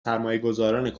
سرمایهگذاران